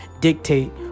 dictate